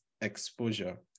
exposure